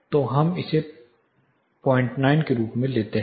तो हम इसे 09 के रूप में लेते हैं